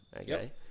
Okay